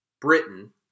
Britain